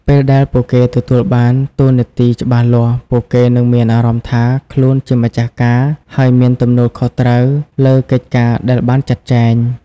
ពេលដែលពួកគេទទួលបានតួនាទីច្បាស់លាស់ ពួកគេនឹងមានអារម្មណ៍ថាខ្លួនជា ម្ចាស់ការ ហើយមាន ទំនួលខុសត្រូវ លើកិច្ចការដែលបានចាត់ចែង។